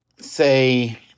say